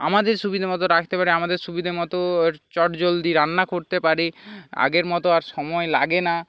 আমাদের সুবিধে মতো রাকতে পারি আমাদের সুবিধে মতো চটজলদি রান্না করতে পারি আগের মতো আর সময় লাগে না